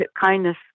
Kindness